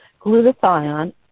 glutathione